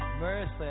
Mercy